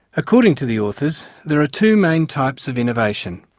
according to the authors there are two main types of innovation.